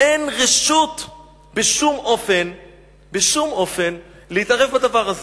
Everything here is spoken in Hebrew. אין רשות בשום אופן להתערב בדבר הזה.